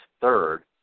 third